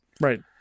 Right